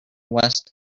west